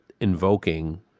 invoking